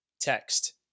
text